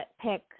pick